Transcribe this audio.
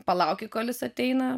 palauki kol jis ateina